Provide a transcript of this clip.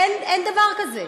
אין דבר כזה.